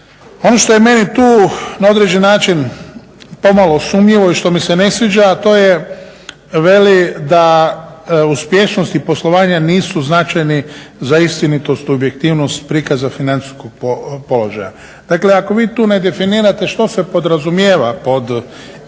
ono što je meni tu na određeni način pomalo sumnjivo i što mi se ne sviđa a to je veli da uspješnost i poslovanje nisu značajni za istinitost i objektivnost prikaza financijskog položaja. Dakle ako vi tu ne definirate što se podrazumijeva pod